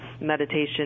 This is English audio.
meditation